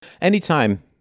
Anytime